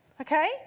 okay